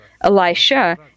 Elisha